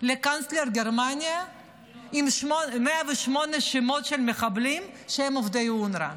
לקנצלר גרמניה עם 108 שמות של מחבלים שהם עובדי אונר"א,